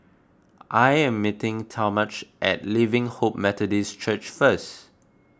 I am meeting Talmadge at Living Hope Methodist Church first